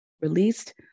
released